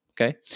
Okay